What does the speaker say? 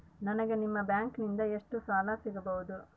ನನಗ ನಿಮ್ಮ ಬ್ಯಾಂಕಿನಿಂದ ಎಷ್ಟು ಸಾಲ ಸಿಗಬಹುದು?